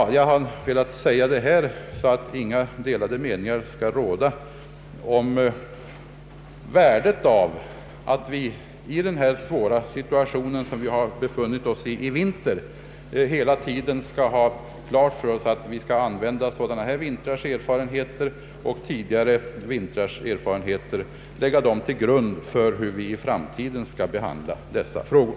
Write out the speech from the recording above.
Jag har velat säga detta för att inga delade meningar skall råda om värdet av att vi i sådana svåra situationer som vi befunnit oss i denna vinter hela tiden skall ha klart för oss att vi bör använda sådana vintrars erfarenheter och lägga dem till grund för hur vi i framtiden skall behandla dessa frågor.